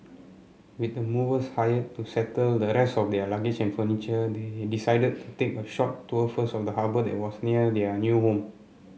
with the movers hired to settle the rest of their luggage and furniture they they decided to take a short tour first of the harbour that was near their new home